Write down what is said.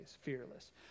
fearless